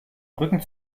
rücken